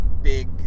Big